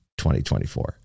2024